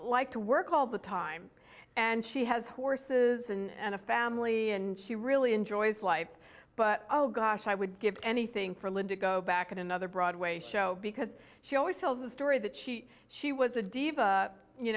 like to work all the time and she has horses and a family and she really enjoys life but oh gosh i would give anything for linda go back on another broadway show because she always tells the story that she she was a diva you